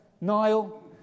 Nile